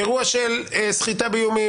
אירוע של סחיטה באיומים,